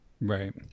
right